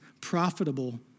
profitable